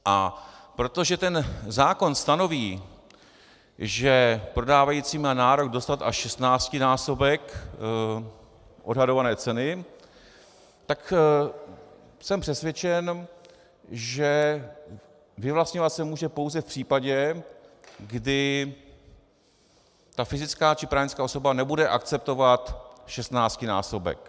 A protože ten zákon stanoví, že prodávající má nárok dostat až šestnáctinásobek odhadované ceny, tak jsem přesvědčen, že vyvlastňovat se může pouze v případě, kdy ta fyzická či právnická osoba nebude akceptovat šestnáctinásobek.